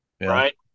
Right